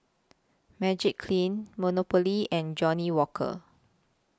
Magiclean Monopoly and Johnnie Walker